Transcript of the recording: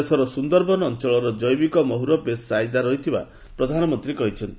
ଦେଶରେ ସୁନ୍ଦରବନ ଅଞ୍ଚଳର ଜୈବିକ ମହୁର ବେଶ୍ ଚାହିଦା ଥିବା ପ୍ରଧାନମନ୍ତ୍ରୀ କହିଛନ୍ତି